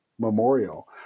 Memorial